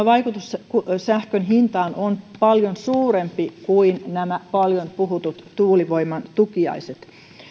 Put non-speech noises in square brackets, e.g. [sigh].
[unintelligible] vaikutus sähkön hintaan on paljon suurempi kuin nämä paljon puhutut tuulivoiman tukiaiset